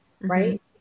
right